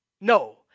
No